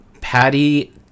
Patty